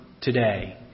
today